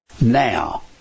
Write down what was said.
now